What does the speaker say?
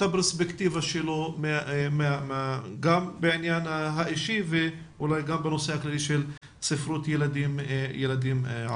הפרספקטיבה שלו גם בעניין הזה ואולי גם בנושא הכללי של ספרות ילדים ערבים.